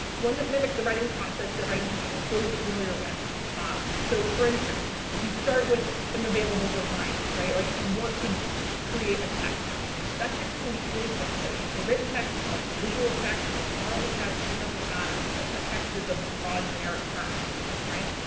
one that mimics the writing process that writing teachers are so familiar with ah so for instance you start with an available design right like you want to create a text that texts can be anything it's a written text a visual text an aural text it doesn't matter a text is a broad generic term right,